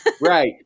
Right